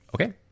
Okay